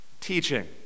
teaching